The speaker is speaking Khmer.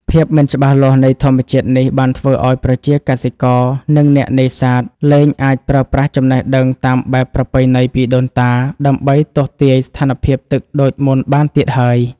ភាពមិនច្បាស់លាស់នៃធម្មជាតិនេះ បានធ្វើឱ្យប្រជាកសិករ និងអ្នកនេសាទ លែងអាចប្រើប្រាស់ចំណេះដឹងតាមបែបប្រពៃណីពីដូនតា ដើម្បីទស្សន៍ទាយស្ថានភាពទឹកដូចមុនបានទៀតហើយ។